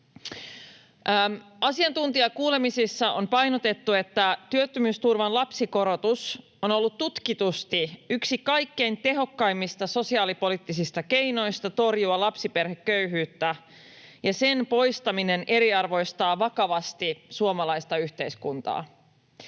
Asiantuntijakuulemisissa on painotettu, että työttömyysturvan lapsikorotus on ollut tutkitusti yksi kaikkein tehokkaimmista sosiaalipoliittisista keinoista torjua lapsiperheköyhyyttä, ja sen poistaminen eriarvoistaa vakavasti suomalaista yhteiskuntaa.